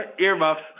earmuffs